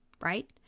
right